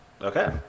Okay